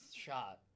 shot